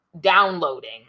downloading